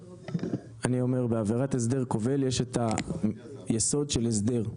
אני אומר בעבירת הסדר כובל יש את היסוד של הסדר.